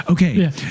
Okay